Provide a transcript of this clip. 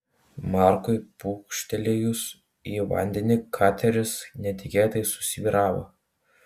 markui pūkštelėjus į vandenį kateris netikėtai susvyravo